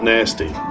Nasty